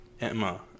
Emma